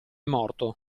morto